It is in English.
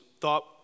thought